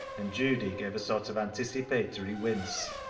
and judy gave a sort of anticipatory wince,